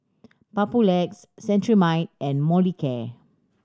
Papulex Cetrimide and Molicare